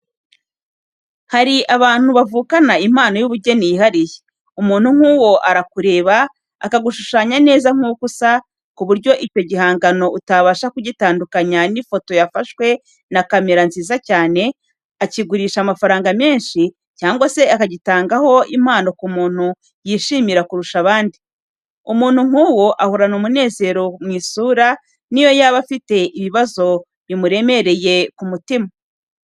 Hari abantu bavukana impano y'ubugeni yihariye, umuntu nk'uwo arakureba, akagushushanya neza nk'uko usa, ku buryo icyo gihangano utabasha kugitandukanya n'ifoto yafashwe na kamera nziza cyane, akigurisha amafaranga menshi cyangwa se akagitangaho impano ku muntu yishimira kurusha abandi. Umuntu nk'uwo, ahorana umunezero ku isura n'iyo yaba afite ibibazo bimuremereye mu mutima.